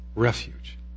refuge